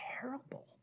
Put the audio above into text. terrible